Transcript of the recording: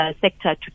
sector